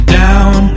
down